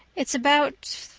it's about.